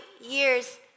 years